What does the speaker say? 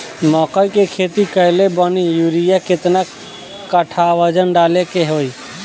मकई के खेती कैले बनी यूरिया केतना कट्ठावजन डाले के होई?